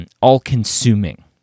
all-consuming